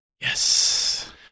Yes